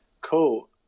cool